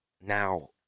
now